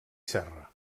serra